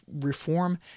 reform